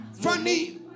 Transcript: Funny